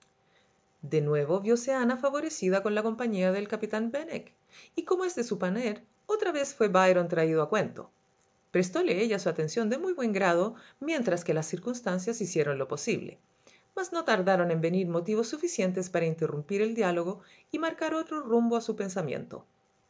de nuevo vióse ana favorecida con la compañía del capitán benwick y como es de suponer otra vez fué byron traído a cuento prestóle ella su atención de muy buen grado mientras que las circunstancias hiciéronlo posible mas no tardaron en venir motivos suficientes para interrumpir el diálogo y marcar otro rumbo a su pensamiento